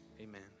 amen